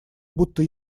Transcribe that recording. будто